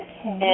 Okay